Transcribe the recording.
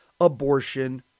abortion